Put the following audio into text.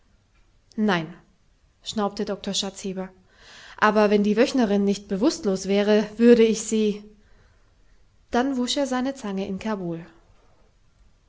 nein schnaubte doktor schatzheber aber wenn die wöchnerin nicht bewußtlos wäre würde ich sie dann wusch er seine zange in